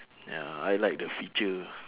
ya I like the feature